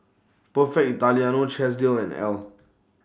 Perfect Italiano Chesdale and Elle